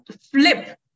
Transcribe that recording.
flip